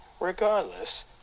Regardless